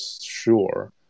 sure